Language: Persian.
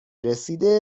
رسیده